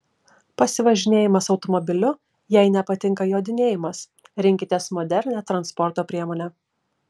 pasivažinėjimas automobiliu jei nepatinka jodinėjimas rinkitės modernią transporto priemonę